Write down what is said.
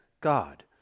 God